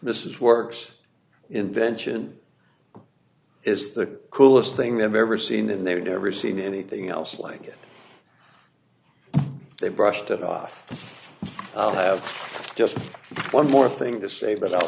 mrs works invention is the coolest thing they've ever seen and they've never seen anything else like it they brushed it off i have just one more thing to say but i'll